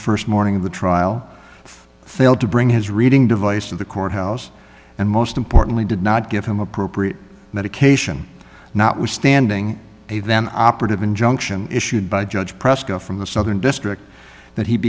the st morning of the trial failed to bring his reading device to the courthouse and most importantly did not give him appropriate medication notwithstanding a van operative injunction issued by judge prescott from the southern district that he